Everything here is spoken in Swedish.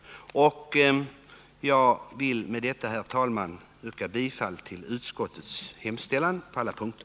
Med detta, herr talman, vill jag yrka bifall till utskottets hemställan på alla punkter.